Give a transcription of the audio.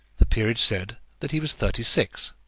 the peerage said that he was thirty-six,